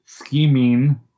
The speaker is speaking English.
Scheming